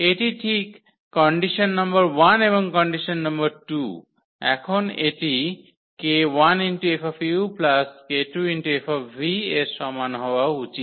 এটি ঠিক condition number 1 এবং কন্ডিশন 2 নম্বর এখন এটি 𝑘1𝐹 𝑘2𝐹এর সমান হওয়া উচিত